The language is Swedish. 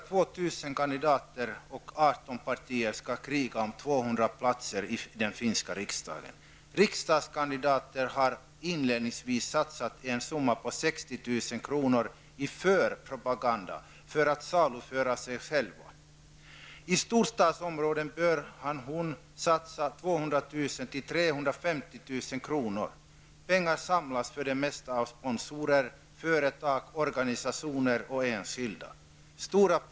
2 000 kandidater och 18 partier skall kriga om 200 Riksdagskandidaterna har satsat inledningsvis en summa på 60 000 kr. i förpropaganda för att saluföra sig själva. I storstadsområden bör kandidaten satsa 200 000--350 000 kr. Pengar samlas för det mesta in från sponsorer, företag, organisationer och enskilda.